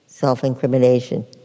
self-incrimination